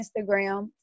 Instagram